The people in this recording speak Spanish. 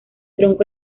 tronco